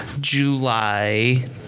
July